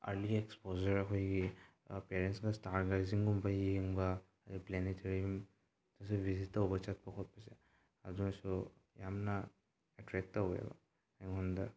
early exposure ꯑꯩꯈꯣꯏꯒꯤ ꯄꯦꯔꯦꯁꯀ ꯏꯁꯇꯥꯔ ꯔꯥꯏꯖꯤꯡꯒꯨꯝꯕ ꯌꯦꯡꯕ ꯑꯗꯗꯩ ꯄ꯭ꯂꯦꯅꯦꯠꯇꯔꯤꯌꯝꯗꯁꯨ ꯕꯤꯖꯤꯠ ꯇꯧꯕ ꯆꯠꯄ ꯈꯣꯠꯄꯁꯦ ꯑꯗꯨꯑꯣꯏꯁꯨ ꯌꯥꯝꯅ ꯑꯦꯇ꯭ꯔꯦꯛ ꯇꯧꯏꯕ ꯑꯩꯉꯣꯟꯗ